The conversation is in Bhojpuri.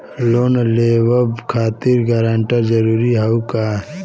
लोन लेवब खातिर गारंटर जरूरी हाउ का?